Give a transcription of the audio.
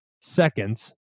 seconds